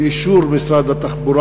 באישור משרד התחבורה,